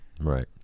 Right